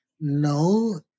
No